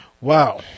Wow